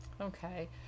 Okay